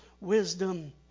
wisdom